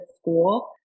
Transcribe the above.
school